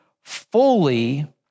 fully